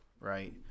right